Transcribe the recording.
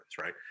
right